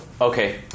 Okay